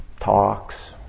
talks